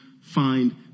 find